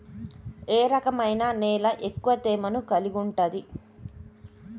ఏ రకమైన నేల ఎక్కువ తేమను కలిగుంటది?